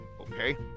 Okay